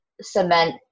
cement